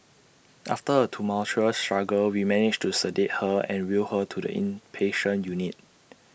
after A tumultuous struggle we managed to sedate her and wheel her to the inpatient unit